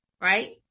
right